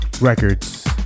Records